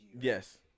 Yes